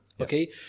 Okay